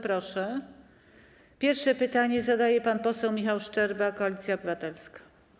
Pierwsze pytanie zadaje pan poseł Michał Szczerba, Koalicja Obywatelska.